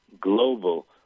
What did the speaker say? global